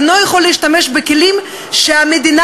אינו יכול להשתמש בכלים שהמדינה,